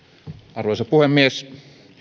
arvoisa puhemies